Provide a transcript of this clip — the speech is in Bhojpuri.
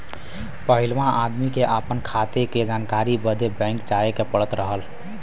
पहिलवा आदमी के आपन खाते क जानकारी बदे बैंक जाए क पड़त रहल